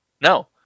no